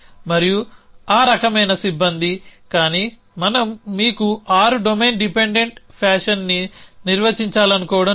మరియు ఆ రకమైన సిబ్బంది కానీ మనం మీకు ఆరు డొమైన్ డిపెండెంట్ ఫ్యాషన్ని నిర్వచించాలనుకోవడం లేదు